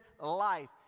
life